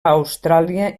austràlia